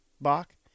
Bach